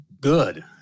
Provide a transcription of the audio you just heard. good